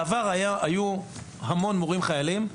בעבר היו המון מורים חיילים,